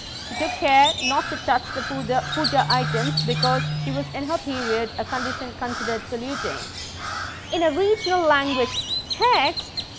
she took care not to touch the puja puja items, because she was in her period, a condition considered polluting in a regional language text,